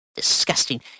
Disgusting